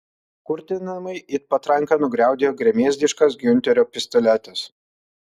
kurtinamai it patranka nugriaudėjo gremėzdiškas giunterio pistoletas